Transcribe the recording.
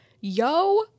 Yo